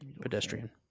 Pedestrian